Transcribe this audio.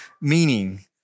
meaning